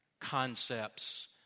concepts